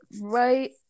right